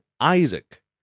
Isaac